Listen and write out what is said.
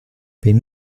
been